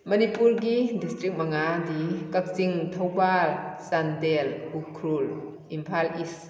ꯃꯅꯤꯄꯨꯔꯒꯤ ꯗꯤꯁꯇ꯭ꯔꯤꯛ ꯃꯉꯥꯗꯤ ꯀꯥꯛꯆꯤꯡ ꯊꯧꯕꯥꯜ ꯆꯥꯟꯗꯦꯜ ꯎꯈ꯭ꯔꯨꯜ ꯏꯝꯐꯥꯜ ꯏꯁ